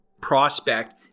prospect